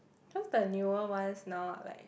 cause the newer ones now are like